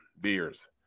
beers